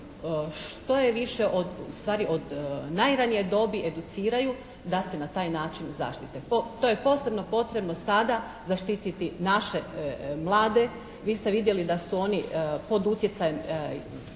što je više ustvari od najranije dobi educiraju da se na taj način zaštite. To je posebno potrebno sada zaštititi naše mlade. Vi ste vidjeli da su oni pod utjecajem